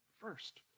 first